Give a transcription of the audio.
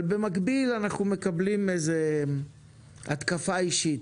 במקביל אנחנו מקבלים התקפה אישית.